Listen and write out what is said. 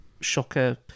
shocker